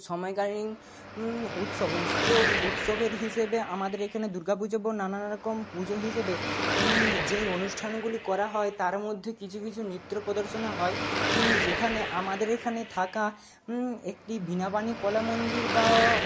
সময়কালীন উৎসব উৎসব উৎসবের হিসেবে আমাদের এখানে দুর্গাপুজো নানান রকমের পুজো হিসেবে যেই অনুষ্ঠানগুলি করা হয় তার মধ্যে কিছু কিছু নৃত্য প্রদর্শনও হয় যেখানে আমাদের এখানে থাকা একটি বীণাপাণি কলা মন্দির বা